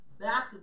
Back